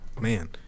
man